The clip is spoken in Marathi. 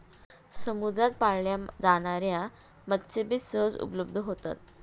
समुद्रात पाळल्या जाणार्या मत्स्यबीज सहज उपलब्ध होतात